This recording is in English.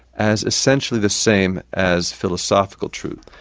as essentially the same as philosophical truths.